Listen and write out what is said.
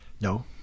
No